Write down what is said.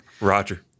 Roger